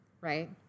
right